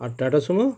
আর Tata Sumo